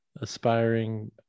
aspiring